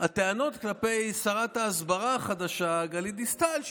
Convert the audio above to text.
הטענות כלפי שרת ההסברה החדשה גלית דיסטל הן